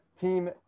team